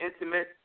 intimate